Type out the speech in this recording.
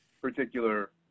particular